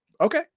Okay